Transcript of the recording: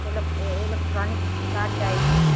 इलोक electronic car चाहिये